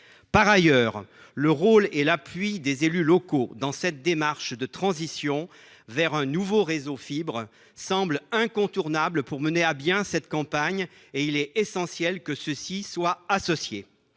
Par ailleurs, le rôle et l'appui des élus locaux dans cette transition vers un nouveau réseau fibre semblent incontournables pour mener à bien cette campagne. Il est essentiel que ceux-ci y soient associés.